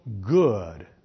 good